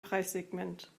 preissegment